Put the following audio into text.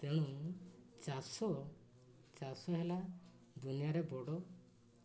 ତେଣୁ ଚାଷ ଚାଷ ହେଲା ଦୁନିଆରେ ବଡ଼